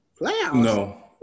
No